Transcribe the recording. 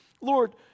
Lord